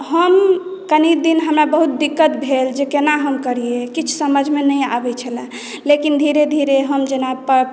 हम कनि दिन हमरा बहुत दिक्कत भेल जे केना हम करी किछु समझमे नहि आबै छल लेकिन धीरे धीरे हम जेना